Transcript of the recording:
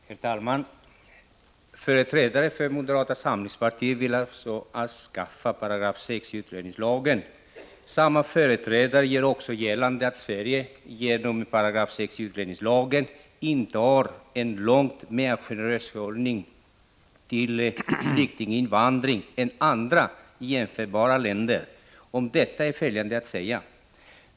Herr talman! Företrädare för moderata samlingspartiet vill alltså avskaffa 6 § utlänningslagen. Samma företrädare gör också gällande att Sverige genom 6 § utlänningslagen intar en långt mer generös hållning till flyktinginvandring än andra jämförbara länder. Om detta är följande att säga.